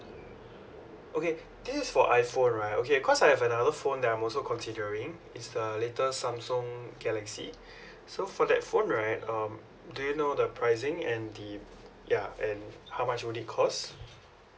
okay this is for iphone right okay cause I have another phone that I'm also considering it's the latest samsung galaxy so for that phone right um do you know the pricing and the ya and how much will it cost